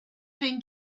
thing